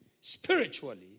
spiritually